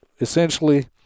essentially